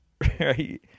right